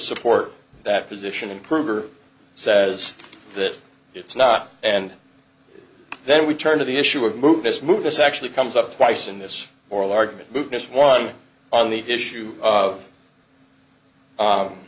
support that position and krueger says that it's not and then we turn to the issue of move this move this actually comes up twice in this oral argument move this one on the issue of